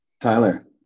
tyler